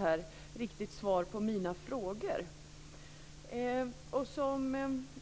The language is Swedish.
För den som nu är